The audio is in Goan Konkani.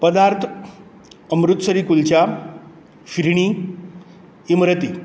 पदार्थ अम्रुतसरी कुलचा श्रीणी इमरती